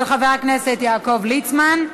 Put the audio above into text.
של חבר הכנסת יעקב ליצמן.